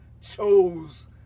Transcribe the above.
chose